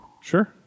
Sure